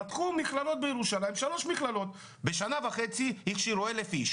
פתחו 3 מכללות בירושלים ותוך שנה וחצי הכשירו 1,000 איש